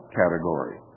category